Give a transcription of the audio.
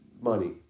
money